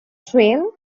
trail